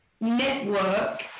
network